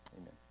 amen